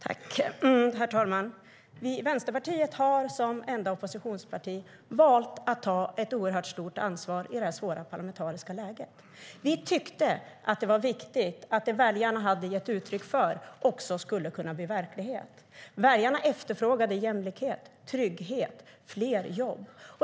STYLEREF Kantrubrik \* MERGEFORMAT Utgiftsramar och beräkning av stats-inkomsternaVäljarna efterfrågade jämlikhet, trygghet och fler jobb.